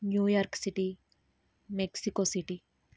New York City Mexico city